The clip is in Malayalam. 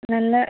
നല്ല